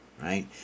right